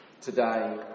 today